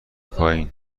پایین